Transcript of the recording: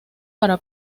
para